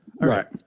right